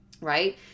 right